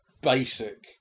basic